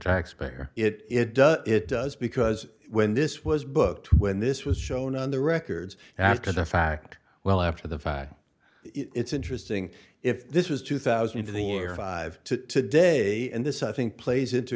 it it it does it does because when this was booked when this was shown on the records after the fact well after the fact it's interesting if this was two thousand into the air five to day and this i think plays into